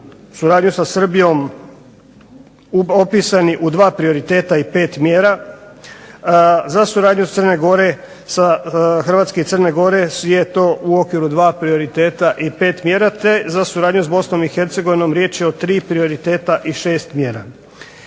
suradnju sa Srbijom opisani u dva prioriteta i pet mjera, za suradnju Hrvatske i Crne Gore je to u okviru dva prioriteta i pet mjera, te za suradnju sa BiH riječ je o tri prioriteta i 6 mjera.